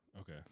Okay